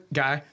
guy